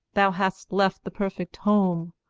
thou hast left the perfect home,